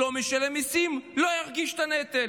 מי שלא משלם מיסים לא ירגיש את הנטל.